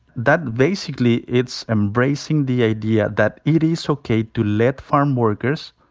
that basically it's embracing the idea that it is okay to let farmworkers